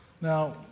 Now